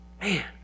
Man